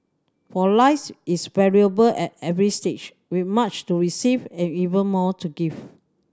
for life is valuable at every stage with much to receive and even more to give